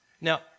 Now